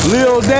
Lil